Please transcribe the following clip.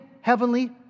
heavenly